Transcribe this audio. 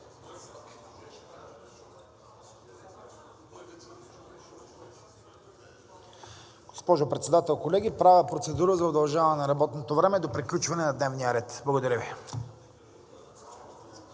Госпожо Председател, колеги! Правя процедура за удължаване на работното време до приключване на дневния ред. Благодаря Ви.